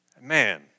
Man